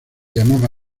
llamaba